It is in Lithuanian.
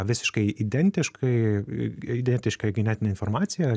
visiškai identiškai identiška genetinė informacija